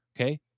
Okay